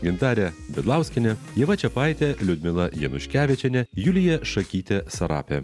gintarė bidlauskienė ieva čiapaitė liudmila januškevičienė julija šakytė sarapė